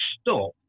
stop